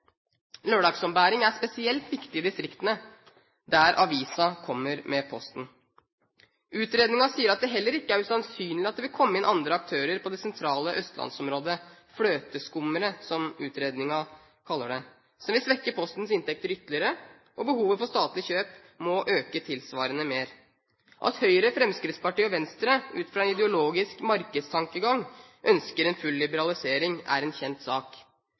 er spesielt viktig i distriktene, der avisen kommer med posten. Utredningen sier at det heller ikke er usannsynlig at det vil komme inn andre aktører på det sentrale østlandsområdet – fløteskummere, som utredningen kaller dem. Det vil svekke Postens inntekter ytterligere, og behovet for statlig kjøp må øke tilsvarende mer. At Høyre, Fremskrittspartiet og Venstre ut fra en ideologisk markedstankegang ønsker en full liberalisering, er en kjent sak.